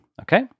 Okay